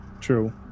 True